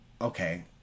okay